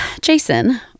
Jason